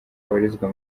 babarizwa